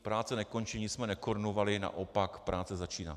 Práce nekončí, nic jsme nekorunovali, naopak, práce začíná.